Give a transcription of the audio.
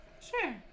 Sure